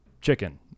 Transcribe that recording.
chicken